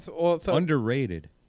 Underrated